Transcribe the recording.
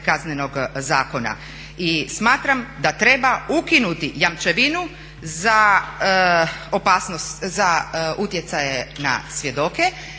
Kaznenog zakona. I smatram da treba ukinuti jamčevinu za opasnost, za utjecaje na svjedoke